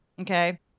Okay